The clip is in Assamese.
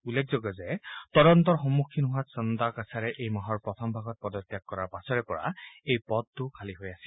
উল্লেখযোগ্য যে তদন্তৰ সন্মুকীন হোৱাত চন্দা কোচাৰে এই মাহৰ প্ৰথম ভাগত পদত্যাগ কৰাৰ পাছৰে পৰা এই পদটো খালী হৈ আছিল